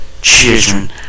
children